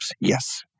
Yes